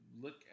look